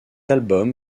album